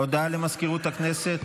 הודעה למזכירות הכנסת.